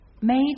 made